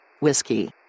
Whiskey